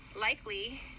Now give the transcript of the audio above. likely